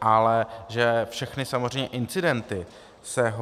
Ale že všechny samozřejmě incidenty se